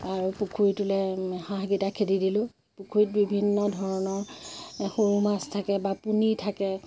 আৰু পুখুৰীটোলৈ হাঁহকেইটা খেদি দিলোঁ পুখুৰীত বিভিন্ন ধৰণৰ সৰু মাছ থাকে বা পুনি থাকে